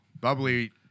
Bubbly-